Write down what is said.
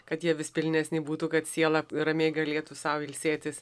kad jie vis pilnesni būtų kad siela ramiai galėtų sau ilsėtis